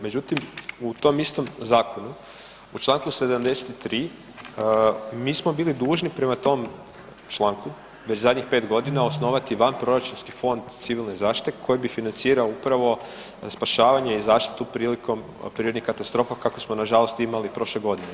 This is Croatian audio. Međutim, u tom istom zakonu u članku 73. mi smo bili dužni prema tom članku već zadnjih 5 godina osnovati van proračunski fond Civilne zaštite koji bi financirao upravo spašavanje i zaštitu prilikom prirodnih katastrofa kakve smo na žalost imali prošle godine.